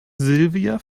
silvia